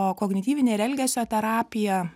o kognityvinė ir elgesio terapija